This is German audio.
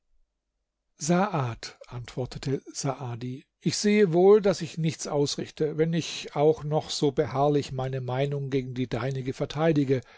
saad antwortete saadi ich sehe wohl daß ich nichts ausrichte wenn ich auch noch so beharrlich meine meinung gegen die deinige verteidige